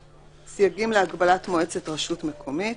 סייגים להגבלת מועצת רשות מקומית